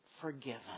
forgiven